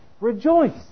rejoice